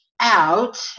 out